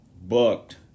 Booked